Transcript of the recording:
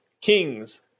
kings